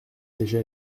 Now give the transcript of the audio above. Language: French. déjà